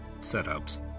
setups